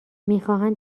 میخواهند